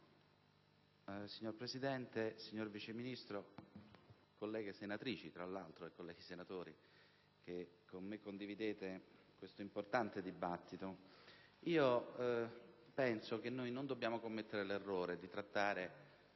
Signor Presidente, signor Vice Ministro, colleghe senatrici e colleghi senatori che con me condividete questo importante dibattito, penso che non dobbiamo commettere l'errore di trattare